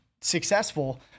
successful